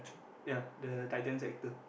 ya the titans actor